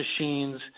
machines